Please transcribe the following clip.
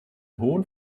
hohen